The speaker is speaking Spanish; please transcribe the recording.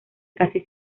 casi